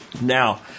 Now